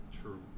True